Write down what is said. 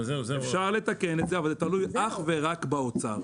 אפשר לתקן את זה, אבל זה תלוי אך ורק באוצר.